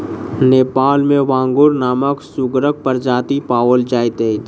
नेपाल मे बांगुर नामक सुगरक प्रजाति पाओल जाइत छै